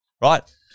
right